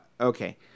Okay